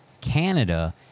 Canada